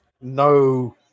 No